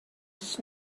his